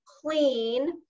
clean